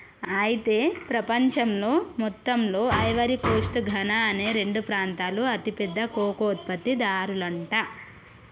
అయితే ప్రపంచంలో మొత్తంలో ఐవరీ కోస్ట్ ఘనా అనే రెండు ప్రాంతాలు అతి పెద్ద కోకో ఉత్పత్తి దారులంట